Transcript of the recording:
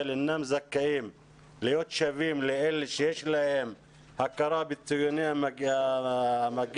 אינם זכאים להיות שווים לאלה שיש להם הכרה בציוני המגן,